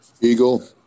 Eagle